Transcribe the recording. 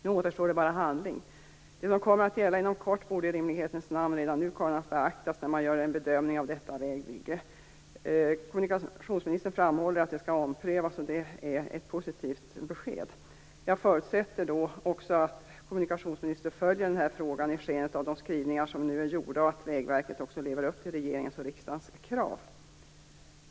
Nu återstår det bara handling. Det som kommer att gälla inom kort borde i rimlighetens namn redan nu kunna beaktas när man gör en bedömning av detta vägbygge. Kommunikationsministern framhåller att det skall omprövas, och det är ett positivt besked. Jag förutsätter då att kommunikationsministern också följer den här frågan i skenet av de skrivningar som nu är gjorda och att Vägverket också lever upp till regeringens och riksdagens krav.